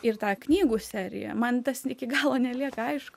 ir tą knygų seriją man tas iki galo nelieka aišku